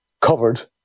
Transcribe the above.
covered